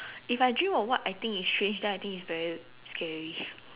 if I dream of what I think is strange then I think it's very scary